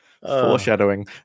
Foreshadowing